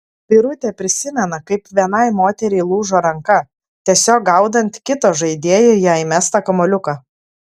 birutė prisimena kaip vienai moteriai lūžo ranka tiesiog gaudant kito žaidėjo jai mestą kamuoliuką